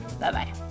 Bye-bye